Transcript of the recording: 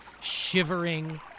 shivering